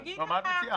אני אגיד לך.